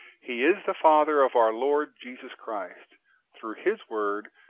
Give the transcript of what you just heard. he is the father of our lord jesus christ through his word,